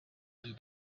and